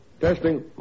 Testing